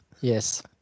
Yes